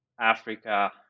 Africa